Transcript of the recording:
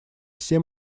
все